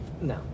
No